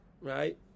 right